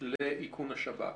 לאיכון השב"כ.